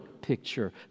picture